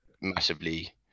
massively